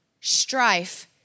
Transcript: strife